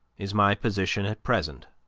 is my position at present.